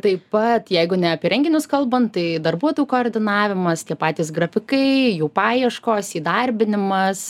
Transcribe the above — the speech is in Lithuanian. taip pat jeigu ne apie renginius kalbant tai darbuotojų koordinavimas tie patys grafikai jų paieškos įdarbinimas